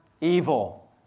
evil